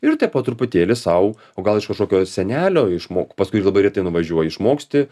ir te po truputėlį sau o gal iš kažkokio senelio išmok pas kurį labai retai nuvažiuoji išmoksti